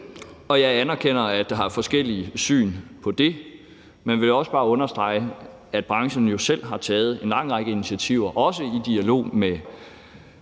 Og jeg anerkender, at der er forskellige syn på det, men vil også bare understrege, at branchen jo selv har taget en lang række initiativer, også i dialog med